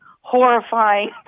horrifying